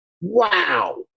Wow